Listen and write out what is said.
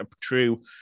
true